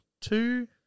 two